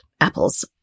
apples